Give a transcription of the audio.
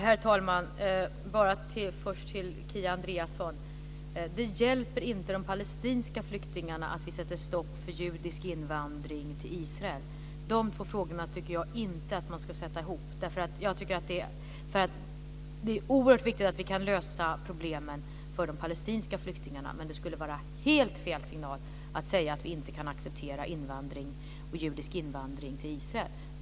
Herr talman! Kia Andreasson, det hjälper inte de palestinska flyktingarna att vi sätter stopp för judisk invandring till Israel. De två frågorna tycker jag inte ska sättas ihop. Det är oerhört viktigt att vi kan lösa problemen för de palestinska flyktingarna men det skulle vara helt fel signal att säga att vi inte kan acceptera judisk invandring till Israel.